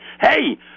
Hey